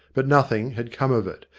but nothing had come of it,